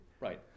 Right